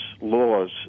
laws